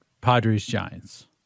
Padres-Giants